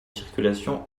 circulation